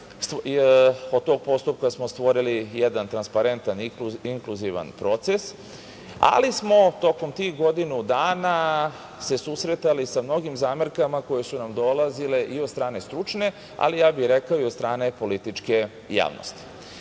Od tog postupka smo stvorili jedan transparentan, inkluzivan proces, ali smo se tokom tih godinu dana susretali sa mnogim zamerkama koje su nam dolazile i od strane stručne, ali ja bih rekao i od strane političke javnosti. Mi